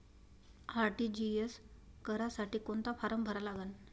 RTGS करासाठी कोंता form भरा लागन?